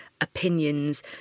opinions